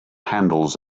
handles